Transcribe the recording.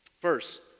First